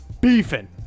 beefing